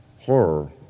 horror